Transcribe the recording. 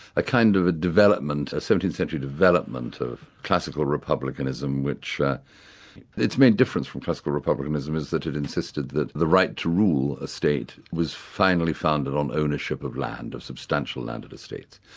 a kind of a development, a seventeenth century development of classical republicanism which its main difference from classical republicanism is that it insisted that the right to rule a state was finally founded on ownership of land, of substantial land and estates.